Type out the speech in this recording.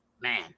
man